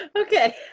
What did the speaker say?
Okay